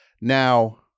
Now